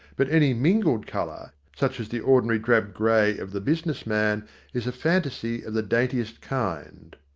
but any mingled colour, such as the ordinary drab grey of the business man is a fantaisie of the daintiest kind.